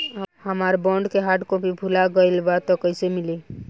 हमार बॉन्ड के hard copy भुला गएलबा त कैसे मिली?